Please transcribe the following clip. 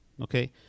Okay